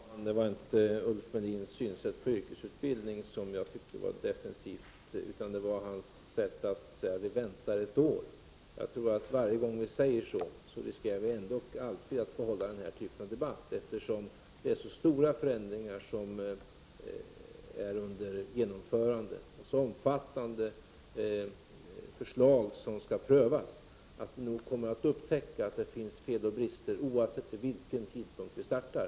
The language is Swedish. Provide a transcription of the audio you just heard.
Herr talman! Det var inte Ulf Melins syn på yrkesutbildningen som jag tyckte var defensiv, utan hans sätt att säga: ”Vi väntar ett år.” Jag tror att vi varje gång vi säger så ändå riskerar att få hålla denna typ av debatt. Det är så stora förändringar som är under genomförande och så omfattande förslag som skall prövas att vi nog kommer att upptäcka att det finns fel och brister oavsett vid vilken tidpunkt vi startar.